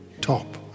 top